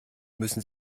müssen